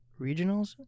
regionals